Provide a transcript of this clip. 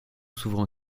souverain